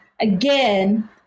again